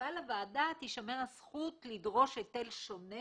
אבל לוועדה תישמר הזכות לדרוש היטל שונה